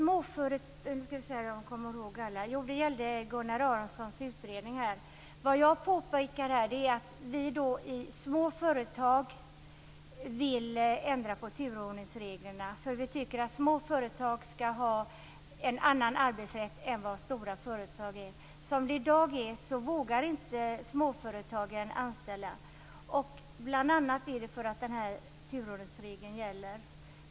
När det gäller Gunnar Aronssons utredningar påpekar jag att vi i små företag vill ändra på turordningsreglerna för att vi tycker att små företag skall ha en annan arbetsrätt än stora företag har. Som det är i dag vågar inte småföretagen anställa. Det är bl.a. för att turordningsregeln gäller.